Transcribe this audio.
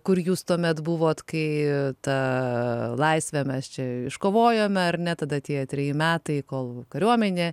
kur jūs tuomet buvot kai ta laisvę mes čia iškovojome ar ne tada tie treji metai kol kariuomenė